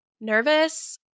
nervous